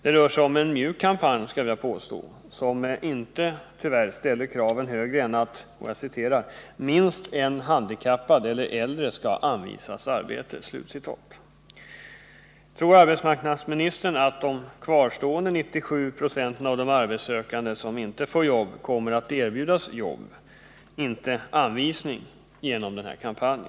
Det rör sig om en mjuk kampanj, skulle jag vilja påstå, som tyvärr inte ställer kraven högre än att ”minst en handikappad eller äldre skall anvisas arbete”. Tror arbetsmarknadsministern att kvarstående 97 96 av de arbetssökande kommer att erbjudas jobb, inte anvisning, genom denna kampanj?